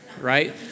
right